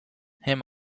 him